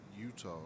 Utah